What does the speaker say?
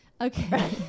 Okay